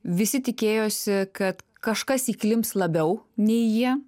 visi tikėjosi kad kažkas įklimps labiau nei jie